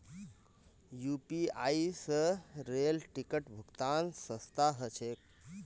UPI स rail ticket भुक्तान सस्ता ह छेक